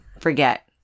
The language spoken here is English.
forget